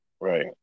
Right